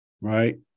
right